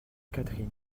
catherine